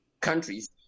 countries